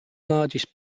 largest